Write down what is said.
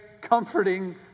comforting